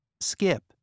Skip